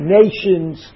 nations